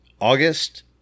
August